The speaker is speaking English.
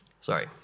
Sorry